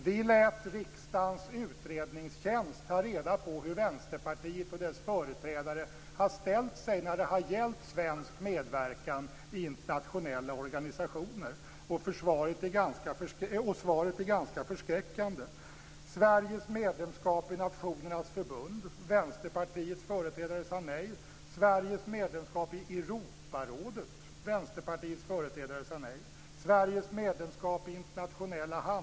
Vi lät riksdagens utredningstjänst ta reda på hur Vänsterpartiet och dess företrädare har ställt sig när det har gällt svensk medverkan i internationella organisationer, och svaret är ganska förskräckande: Vänsterpartiets företrädare sade nej.